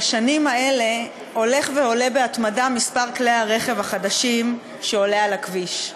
בשנים האלה הולך ועולה בהתמדה מספר כלי הרכב החדשים שעולים על הכביש.